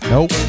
Nope